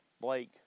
Blake